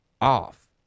off